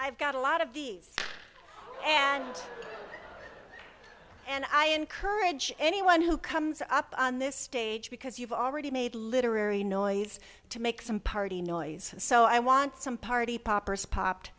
i've got a lot of these and and i encourage anyone who comes up on this stage because you've already made literary noises to make some party noise so i want some party poppers popped